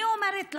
אני אומרת לכם,